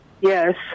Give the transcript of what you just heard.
Yes